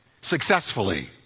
successfully